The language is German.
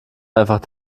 einfach